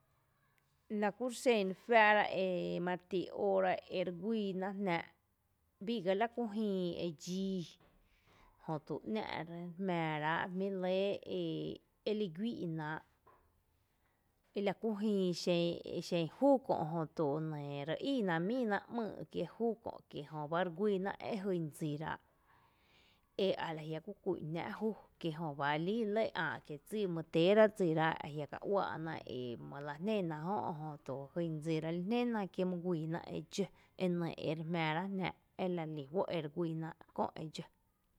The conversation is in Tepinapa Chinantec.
La kúxen re juⱥⱥ’ rá mareti óora ere guíiná’ jná’ biiga laku jïï edxii jötu ‘ná’ re jmⱥⱥ rá’ jmí’ lɇ e eli guíi’ náa’ elaku jïï xen e xen jú kö’ jöto re íí náá’ ‘myy kiee’ jú kö’ ki jöba re guíináá’ e jyn dsiráa’ eajiala ku kú’n jná’ jú ejöba líi lɇ e ä’ kie’ dsi my teerá’ dsírá’ ajia ka ‘uaa’na emy la jné náá’ kö’jö jyn dsirá’ dseli jnéna kí my guíiná dxó enɇ ere lí juó’ re jmⱥⱥ rá’ jná’ ela relí juó’ ere guíináa’ köö e dxo.